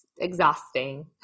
exhausting